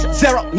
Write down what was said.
zero